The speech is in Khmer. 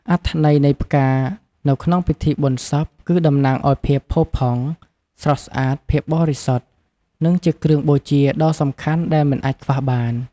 អត្ថន័យនៃផ្កានៅក្នុងពិធីបុណ្យសព គឺតំណាងឲ្យភាពផូរផង់ ស្រស់ស្អាត ភាពបរិសុទ្ធ និងជាគ្រឿងបូជាដ៏សំខាន់ដែលមិនអាចខ្វះបាន។